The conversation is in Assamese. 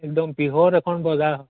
একদম বৃহৎ এখন বজাৰ হয়